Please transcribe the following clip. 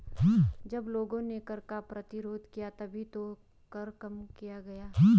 जब लोगों ने कर का प्रतिरोध किया तभी तो कर कम किया गया